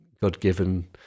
god-given